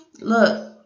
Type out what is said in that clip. look